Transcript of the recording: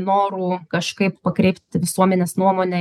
norų kažkaip pakreipti visuomenės nuomonę